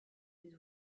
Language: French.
des